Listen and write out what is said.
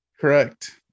Correct